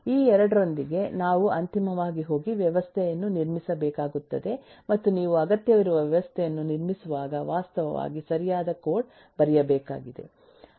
ಈ 2 ರೊಂದಿಗೆ ನಾವು ಅಂತಿಮವಾಗಿ ಹೋಗಿ ವ್ಯವಸ್ಥೆಯನ್ನು ನಿರ್ಮಿಸಬೇಕಾಗುತ್ತದೆ ಮತ್ತು ನೀವು ಅಗತ್ಯವಿರುವ ವ್ಯವಸ್ಥೆಯನ್ನು ನಿರ್ಮಿಸುವಾಗ ವಾಸ್ತವವಾಗಿ ಸರಿಯಾದ ಕೋಡ್ ಬರೆಯಬೇಕಾಗಿದೆ